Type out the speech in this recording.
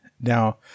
Now